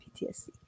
PTSD